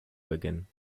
beginnen